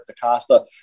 DaCosta